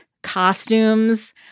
costumes